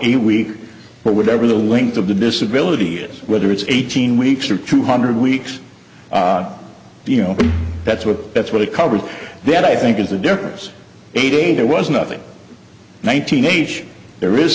a week or whatever the length of the disability is whether it's eighteen weeks or two hundred weeks you know that's what that's what it covers then i think is the difference a day there was nothing one thousand age there is